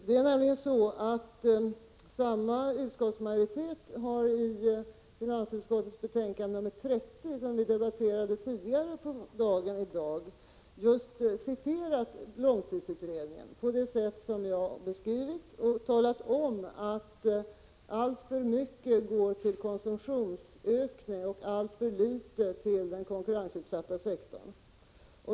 Det är nämligen så att samma utskottsmajoritet som står bakom finansutskottets betänkande 30, som vi debatterade tidigare på dagen, har citerat långtidsutredningen på just det sätt som jag har beskrivit och talat om att alltför mycket går till konsumtionsökning och alltför litet till den konkurrensutsatta sektorn.